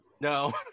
No